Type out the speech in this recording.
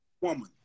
woman